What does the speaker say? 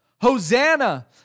Hosanna